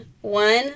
one